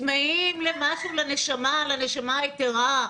צמאים למשהו לנשמה, לנשמה היתרה.